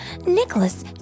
Nicholas